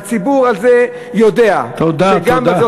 והציבור הזה יודע, תודה.